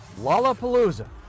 Lollapalooza